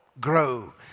Grow